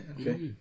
Okay